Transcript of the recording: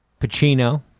Pacino